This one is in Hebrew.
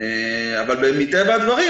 אבל מטבע הדברים,